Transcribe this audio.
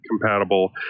compatible